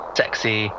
sexy